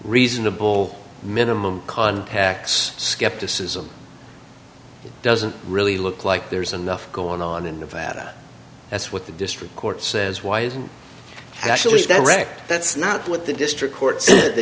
reasonable minimum contacts skepticism doesn't really look like there's enough going on in nevada that's what the district court says why isn't that correct that's not what the district court